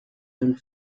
one